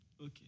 Okay